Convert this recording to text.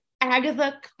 Agatha